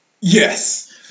Yes